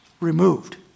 removed